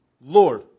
Lord